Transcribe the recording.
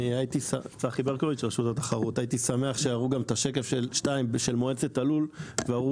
הייתי שמח שיראו גם את השקף של מועצת הלול ויראו